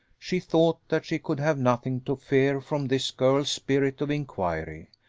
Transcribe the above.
she thought that she could have nothing to fear from this girl's spirit of inquiry,